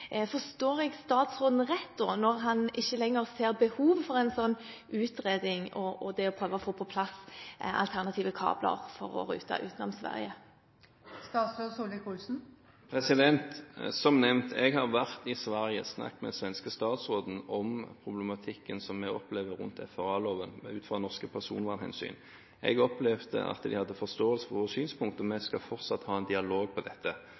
Forstår jeg statsråden rett når han ikke lenger ser behov for en sånn utredning og for å prøve å få på plass alternative kabler for å rute utenom Sverige? Som nevnt: Jeg har vært i Sverige og snakket med den svenske statsråden om problematikken vi opplever rundt FRA-loven ut fra norske personvernhensyn. Jeg opplevde at de hadde forståelse for våre synspunkter. Vi skal fortsatt ha en dialog om dette. Men det er en komplisert sak, for også i Sverige var dette